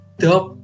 top